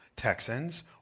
Texans